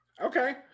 Okay